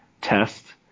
test